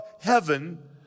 heaven